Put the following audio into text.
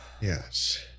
yes